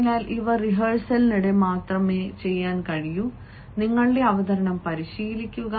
അതിനാൽ ഇവ റിഹേഴ്സലിനിടെ മാത്രമേ ചെയ്യാൻ കഴിയൂ നിങ്ങളുടെ അവതരണം പരിശീലിക്കുക